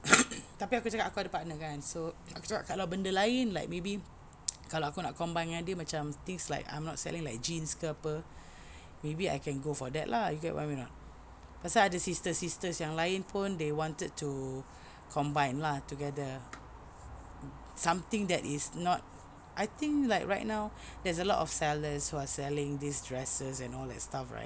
tapi aku cakap aku ada partner kan so aku cakap kalau benda lain like maybe kalau aku nak combine dengan dia macam things like I'm not selling like jeans ke apa maybe I can go for that lah you get what I mean or not pasal ada sisters sisters yang lain pun they wanted to combine lah together something that is not I think like right now there's a lot of sellers who are selling this dresses and all that stuff right